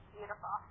Beautiful